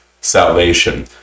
salvation